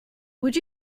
would